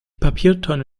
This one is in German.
papiertonne